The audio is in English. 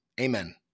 Amen